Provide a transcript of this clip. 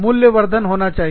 मूल्य वर्धन होना चाहिए